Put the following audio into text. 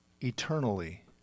eternally